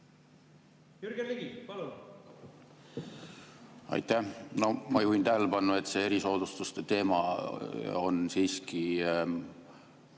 Jürgen Ligi, palun! Aitäh! Ma juhin tähelepanu, et see erisoodustuste teema on siiski